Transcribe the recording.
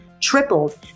tripled